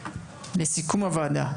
לסיכום הוועדה,